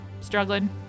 struggling